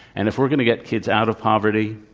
and if we're going to get kids out of poverty,